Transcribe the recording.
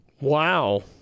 Wow